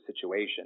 situation